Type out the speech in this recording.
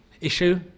issue